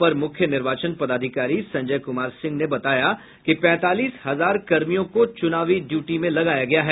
अपर मुख्य निर्वाचन पदाधिकारी संजय कुमार सिंह ने बताया कि पैंतालीस हजार कर्मियों को चुनावी ड्यूटी में लगाया गया है